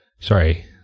sorry